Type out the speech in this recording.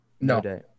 No